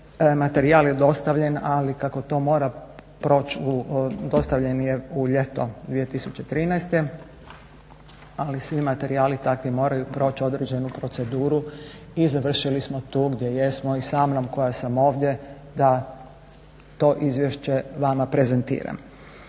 materijal je dostavljen ali kako to mora proći, dostavljen je u ljeto 2013., ali svi materijali takvi moraju proći određenu proceduru i završili smo tu gdje jesmo i sa mnom koja sam ovdje da to izvješće vama prezentiram.